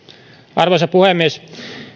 arvoisa puhemies